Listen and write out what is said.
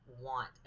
want